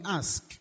ask